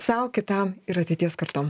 sau kitam ir ateities kartom